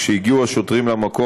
כשהגיעו השוטרים למקום,